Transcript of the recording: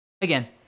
Again